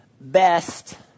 best